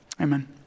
Amen